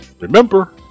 remember